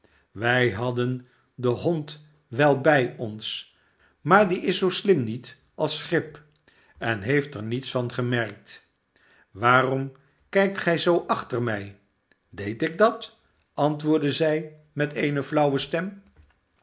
wij hadden den hond wel bij ons maar die is zoo slim niet als grip en heeft er niets van gemerkt waarom kijkt gij zoo achter mij deed ik dat antwoordde zij met eene flauwe stem